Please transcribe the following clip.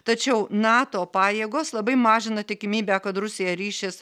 tačiau nato pajėgos labai mažina tikimybę kad rusija ryšis